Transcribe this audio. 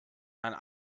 einen